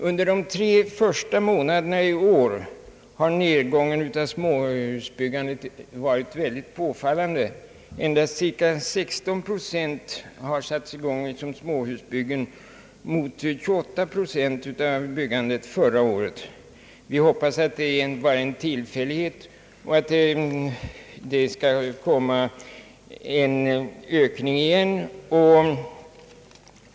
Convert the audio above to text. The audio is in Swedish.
Under de tre första månaderna i år har nedgången i småhusbyggandet varit synnerligen påfallande. Endast 16 procent av den byggnadsverksamhet som startat i år gäller småhusbyggen medan motsvarande procentsiffra i fjol var 28. Vi hoppas att detta bara är en tillfällighet och att vi skall gå mot en ny ökning i detta avseende.